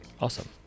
Awesome